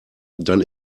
dann